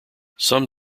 some